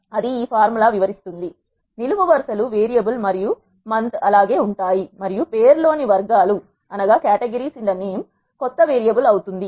అది ఈ ఫార్ములా వివరిస్తుందినిలువు వరుసలు వేరియబుల్ మరియు మంత్ అలాగే ఉంటాయి మరియు పేరు లోని వర్గాలు కొత్త వేరియబుల్ అవుతుంది